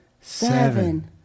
seven